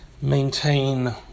maintain